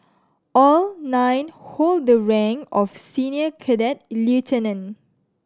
all nine hold the rank of senior cadet lieutenant